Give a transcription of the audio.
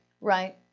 Right